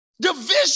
Division